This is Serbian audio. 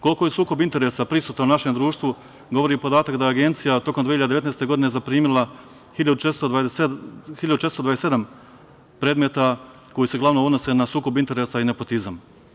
Koliko je sukob interesa prisutan u našem društvu govori podatak da Agencija tokom 2019. godine zaprimila 1.427 predmeta koji se uglavnom odnose na sukob interesa i nepotizam.